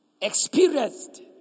experienced